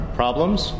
problems